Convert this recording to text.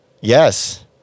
yes